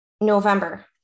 November